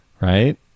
Right